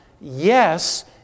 Yes